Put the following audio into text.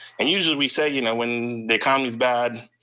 and usually we say you know when the economy's bad,